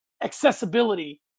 accessibility